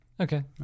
Okay